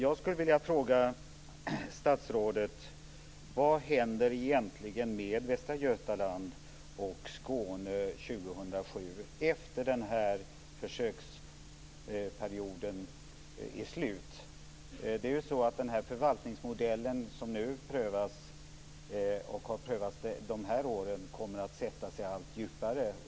2007 efter att denna försöksperiod är slut? Den förvaltningsmodell som har prövats under dessa år kommer att sätta sig allt djupare.